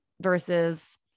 versus